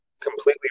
completely